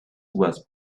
was